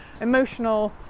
emotional